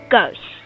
Ghost